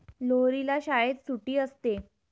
लोहरीला शाळेत सुट्टी असते